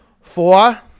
Four